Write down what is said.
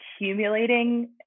accumulating